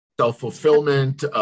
Self-fulfillment